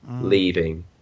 leaving